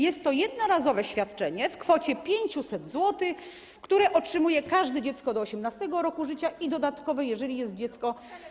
Jest to jednorazowe świadczenie w kwocie 500 zł, które otrzymuje każde dziecko do 18. roku życia i, dodatkowo, jeżeli jest dziecko.